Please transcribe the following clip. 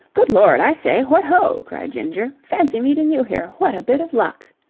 good lord, i say, what ho! cried ginger. fancy meeting you here. what a bit of luck!